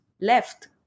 left